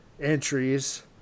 entries